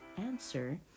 answer